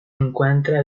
encuentra